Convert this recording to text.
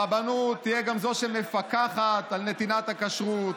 הרבנות תהיה גם זאת שמפקחת על נתינת הכשרות,